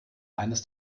eines